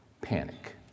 panic